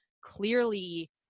clearly